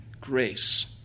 Grace